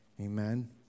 Amen